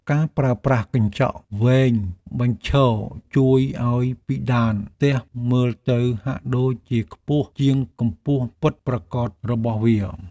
ការប្រើប្រាស់កញ្ចក់វែងបញ្ឈរជួយឱ្យពិដានផ្ទះមើលទៅហាក់ដូចជាខ្ពស់ជាងកម្ពស់ពិតប្រាកដរបស់វា។